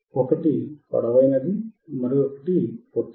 ఒకటి పొడవైనది మరొకటి పొట్టిది